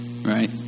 right